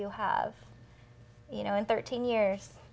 you have you know in thirteen years